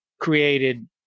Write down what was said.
created